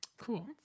Cool